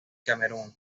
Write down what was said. camerún